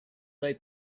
they